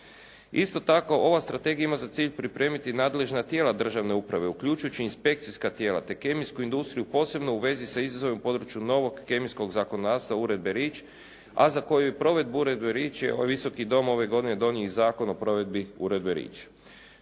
Isto tako, ova strategija ima za cilj pripremiti nadležna tijela državne uprave uključujući inspekcijska tijela te kemijsku industriju posebno u vezi sa izazovima u području novog kemijskog zakonodavstva uredbe Rich a za koju je provedbu uredbe Rich ovaj Visoki dom ove godine donio i Zakon o provedbi uredbe Rich.